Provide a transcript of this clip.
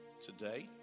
today